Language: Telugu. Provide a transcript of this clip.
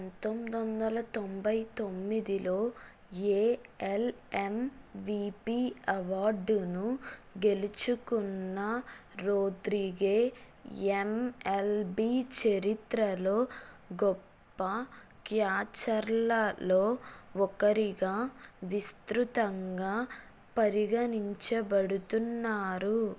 పంతొమ్మిది వందల తొంబై తొమ్మిదిలో ఏఎల్ఎంవిపి అవార్డును గెలుచుకున్న రోత్రిగేయ్ ఎన్ఎల్బి చరిత్రలో గొప్ప క్యాచర్లలో ఒకరిగా విస్తృతంగా పరిగణించబడుతున్నారు